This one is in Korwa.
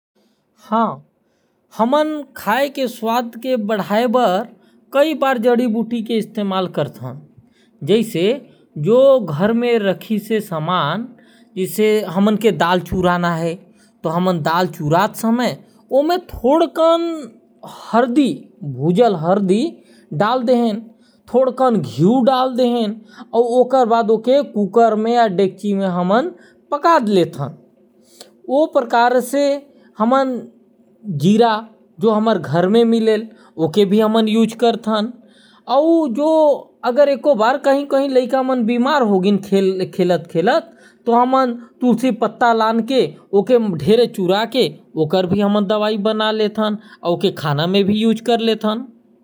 हां हमन खाए के स्वाद ल बढ़ाए बर जड़ी बूटी के इस्तेमाल कर थन। जैसे घर में डाल चुराना है तो ओमे थोड़ कन घी, हल्दी, जीरा उपयोग कर थी। और कई बार लाइका मन बीमार पड़ जाते तो तुलसी पत्ता ल चुरा के दे सकत ही।